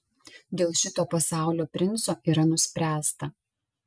dėl šito pasaulio princo yra nuspręsta